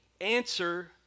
answer